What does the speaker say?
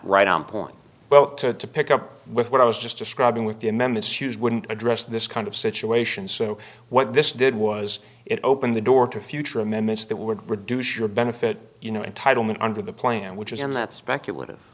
right on point well to pick up with what i was just describing with the amendment issues wouldn't address this kind of situation so what this did was it open the door to future amendments that would reduce your benefit you know entitlement under the plan which isn't that speculative